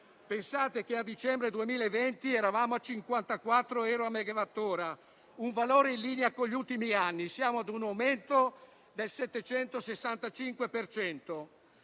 Pensate che a dicembre 2020 eravamo a 54 euro a megawattora, un valore in linea con gli ultimi anni. Siamo ad un aumento del 765